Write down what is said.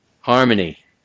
harmony